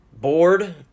bored